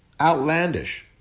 Outlandish